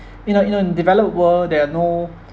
you know you know in developed world there are no